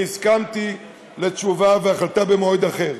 אני הסכמתי לתשובה והחלטה במועד אחר.